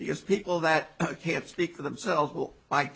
because people that can't speak for themselves